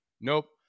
nope